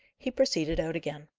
he proceeded out again,